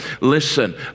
listen